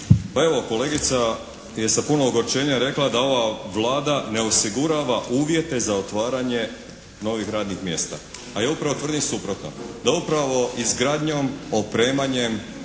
Pa evo kolegica je sa puno ogorčenja rekla da ova Vlada ne osigurava uvjete za otvaranje novih radnih mjesta, a ja upravo tvrdim suprotno. Da upravo izgradnjom, opremanjem